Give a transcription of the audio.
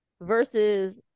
versus